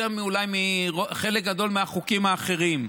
אולי יותר מחלק גדול מהחוקים האחרים.